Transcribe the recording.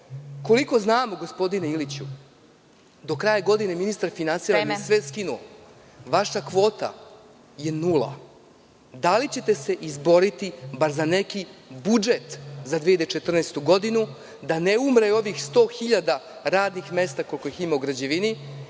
znamo, gospodine Iliću, do kraja godine ministar finansija je sve skinuo. Vaša kvota je nula. Da li ćete se izboriti bar za neki budžet za 2014. godinu, da ne umre ovih 100.000 radnih mesta, koliko ih ima u građevini